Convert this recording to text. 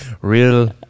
Real